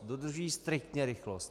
Dodržují striktně rychlost.